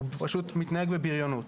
פשוט מתנהג בבריונות,